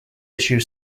issue